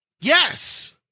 yes